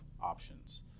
options